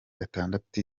atandatu